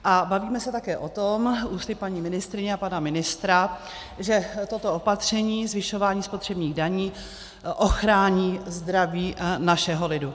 A bavíme se také o tom, ústy paní ministryně a pana ministra, že toto opatření zvyšování spotřebních daní ochrání zdraví našeho lidu.